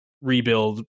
rebuild